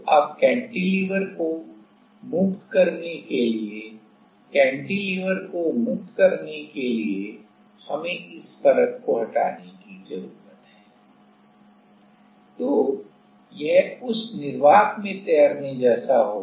तोअब कैंटिलीवर को मुक्त करने के लिए कैंटिलीवर को मुक्त करने के लिए हमें इस परत को हटाने की जरूरत है तो यह उस निर्वात में तैरने जैसा होगा